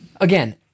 Again